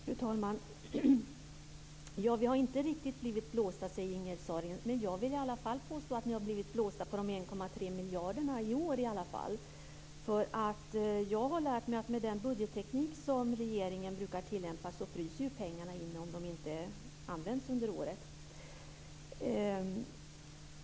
Fru talman! Vi har inte riktigt blivit blåsta, säger Ingegerd Saarinen. Men jag vill i alla fall påstå att ni har blivit blåsta på de 1,3 miljarderna i år. Jag har lärt mig att med den budgetteknik som regeringen brukar tillämpa fryser pengarna inne om de inte används under året.